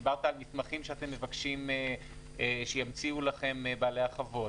דיברת על מסמכים שאתם מבקשים שימציאו לכם בעלי החוות.